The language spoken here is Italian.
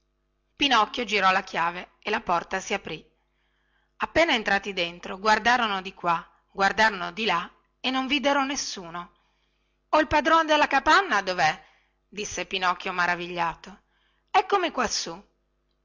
pinocchio girò la chiave e la porta si apri appena entrati dentro guardarono di qua guardarono di là e non videro nessuno o il padrone della capanna dovè disse pinocchio maravigliato eccomi quassù